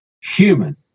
human